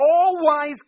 all-wise